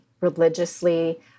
religiously